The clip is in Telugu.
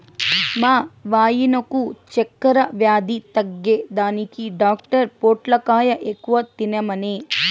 మా వాయినకు చక్కెర వ్యాధి తగ్గేదానికి డాక్టర్ పొట్లకాయ ఎక్కువ తినమనె